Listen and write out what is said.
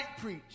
preach